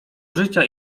życia